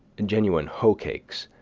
and genuine hoe-cakes,